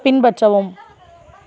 பின்பற்றவும்